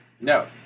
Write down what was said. No